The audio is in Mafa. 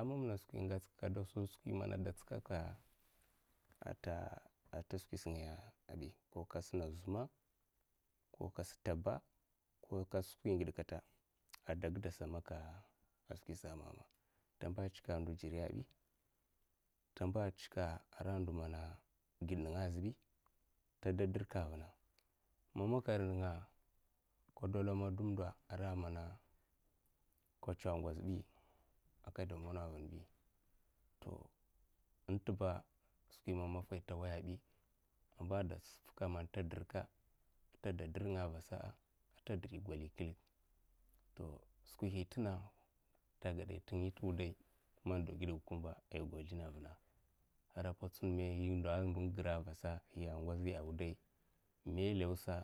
Amamna skwi ma ngwatska kada sun skwi mana de tsukakka ka suna zuma koka sitaba koka si skwi ngid kata ai de gidak skwi sassa a, mama ta mba tsika ai ndo jiriyabi ta tsika gid ninga ai zhebi ta da dirka ai vuna mammakar ninga'a, kada lamana a dumda ka tsa a ngozbi ai kada mona'a vunbi to intiba skwi man maffai ta waya bi aima gaskam tadirka to skwi hin tinina ta gadaiya t'wudai ai mandi gindga had igo sldina ai vunal t'wudai ai ra patsuna igara'a, ya ngoza ai wudai iga me lawsa